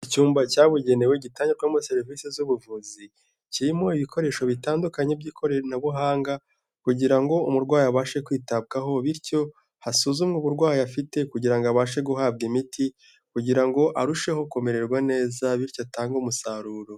Icyumba cyabugenewe gitangirwamo serivisi z'ubuvuzi, kirimo ibikoresho bitandukanye by'ikoranabuhanga kugira ngo umurwayi abashe kwitabwaho, bityo hasuzumwe uburwayi afite kugira abashe guhabwa imiti kugira ngo arusheho kumererwa neza bityo atange umusaruro.